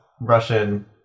Russian